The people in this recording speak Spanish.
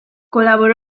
colaboró